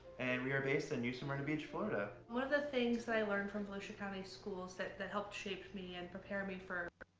and we're based in new smyrna beach, florida. one and thing i learned from volusia county schools that that helped shape me and prepare me for